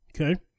Okay